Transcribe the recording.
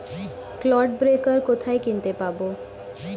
Clod breaker কোথায় কিনতে পাব?